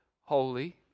holy